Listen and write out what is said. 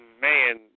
Man